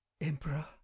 emperor